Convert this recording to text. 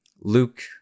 Luke